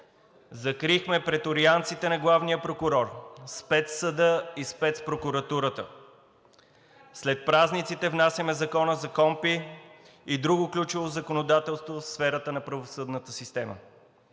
Закрихме преторианците на главния прокурор, Спецсъда и Спецпрокуратурата. След празниците внасяме Закона за КПКОНПИ и друго ключово законодателство в сферата на правосъдната система.